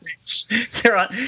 Sarah